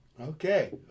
Okay